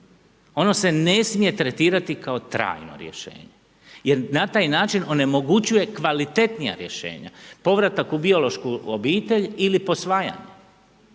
Ne se ne smije tretirati kao trajno rješenje. Jer na taj način onemogućuje kvalitetnija rješenja, povratak u biološku obitelj ili posvajanje.